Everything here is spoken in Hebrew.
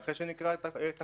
ואחרי שנקרא את הכול,